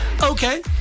Okay